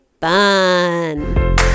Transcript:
fun